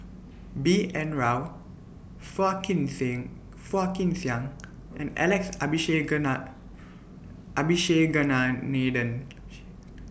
B N Rao Phua Kin Sing Phua Kin Siang and Alex Abisheganaden